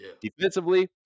Defensively